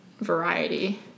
variety